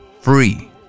free